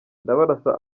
ndabarasa